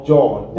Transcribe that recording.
John